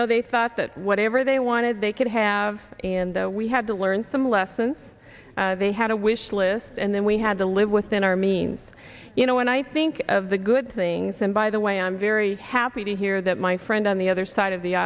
know they thought that whatever they wanted they could have and we had to learn some lessons they had a wish list and then we had to live within our means you know and i think of the good things and by the way i'm very happy to hear that my friend on the other side of the